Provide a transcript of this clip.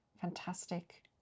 fantastic